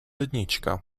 lednička